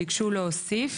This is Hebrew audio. הם ביקשו להוסיף,